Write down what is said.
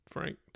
Frank